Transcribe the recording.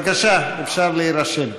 בבקשה, אפשר להירשם.